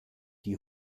die